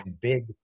big